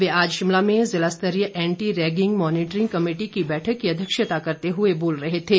वे आज शिमला में ज़िला स्तरीय एंटी रैगिंग मॉनिटरिंग कमेटी की बैठक की अध्यक्षता करते हुए बोल रहे थे